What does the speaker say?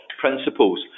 principles